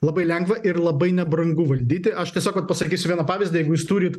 labai lengva ir labai nebrangu valdyti aš tiesiog pasakysiu vieną pavyzdį jeigu jūs turit